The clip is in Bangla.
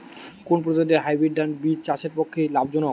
কোন প্রজাতীর হাইব্রিড ধান বীজ চাষের পক্ষে লাভজনক?